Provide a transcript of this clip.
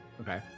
Okay